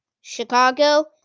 Chicago